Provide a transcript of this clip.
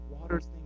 waters